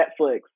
Netflix